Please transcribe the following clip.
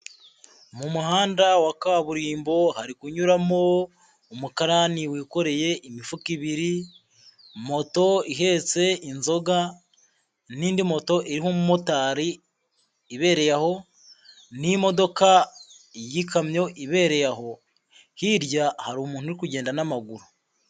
Mu muhanda wa kaburimbo hari kunyuramo umukarani wikoreye imifuka ibiri, moto ihetse inzoga, n'indi moto irimo umumotari ibereye aho, n'imodoka y'ikamyo ibereye aho. Hirya hari umuntu uri kugenda n'amaguru.